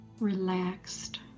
relaxed